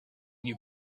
you